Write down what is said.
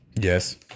Yes